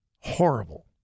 Horrible